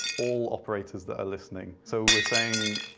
all operators that are listening, so we're saying,